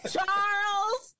Charles